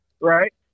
right